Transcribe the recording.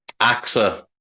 AXA